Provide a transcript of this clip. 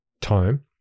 time